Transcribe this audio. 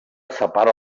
separa